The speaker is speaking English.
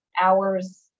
hours